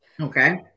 Okay